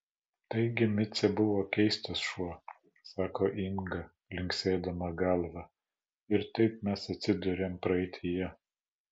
taigi micė buvo keistas šuo sako inga linksėdama galva ir taip mes atsiduriame praeityje